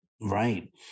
Right